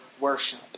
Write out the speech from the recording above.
worship